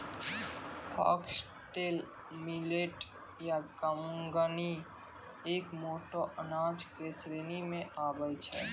foxtail millet या कंगनी एक मोटो अनाज के श्रेणी मॅ आबै छै